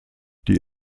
die